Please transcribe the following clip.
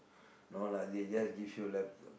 no lah they just give you lap